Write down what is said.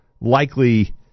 likely